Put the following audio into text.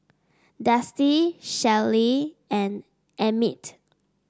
Dusty Shelly and Emmit